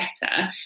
better